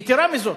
יתירה מזאת,